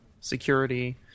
security